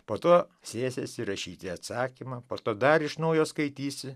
po to sėsi rašyti atsakymą po to dar iš naujo skaitysi